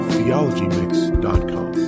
TheologyMix.com